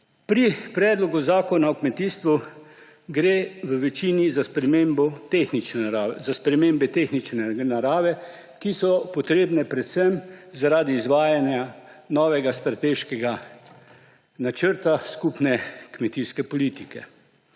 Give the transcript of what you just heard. Pri Predlogu Zakona o kmetijstvu gre v večini za spremembe tehnične narave, ki so potrebne predvsem zaradi izvajanja novega strateškega načrta skupne kmetijske politike.